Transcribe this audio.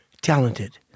talented